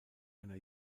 einer